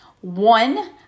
One